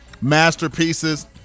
masterpieces